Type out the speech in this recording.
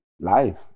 life